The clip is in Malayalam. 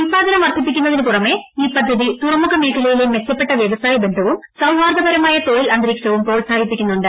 ഉൽപാദനം വർദ്ധിപ്പിക്കുന്നതിന് പുറമെ ഈ പദ്ധതി തുറമുഖ മേഖലയിലെ മെച്ചപ്പെട്ട വൃവസായ ബന്ധവും സൌഹാർദ്ദപരമായ തൊഴിൽ അന്തരീക്ഷവും പ്രോത്സാഹിപ്പിക്കുന്നുണ്ട്